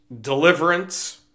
Deliverance